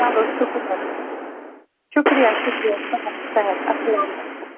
چلو شُکریہ شُکریہ شُکریہ شُکریہ چلو صحت صحت اَسلامُ علیکُم